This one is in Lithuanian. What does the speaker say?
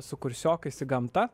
su kursiokais į gamtą